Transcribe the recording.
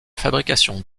fabrication